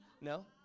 No